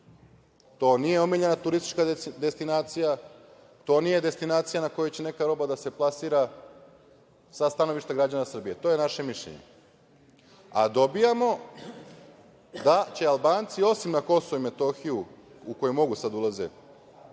To nije omiljena turistička destinacija, to nije destinacija na koju će neka roba da se plasira, sa stanovišta građana Srbije. To je naše mišljenje. A dobijamo da će Albanci, osim na Kosovo i Metohiju, u koje mogu sada da ulaze